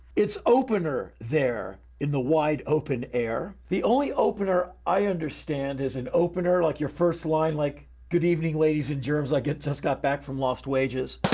it's opener there in the wide open air. the only opener i understand is an opener, like your first line, like, good evening ladies and germs, i just got back from las wages.